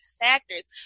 factors